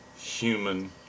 human